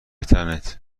تنت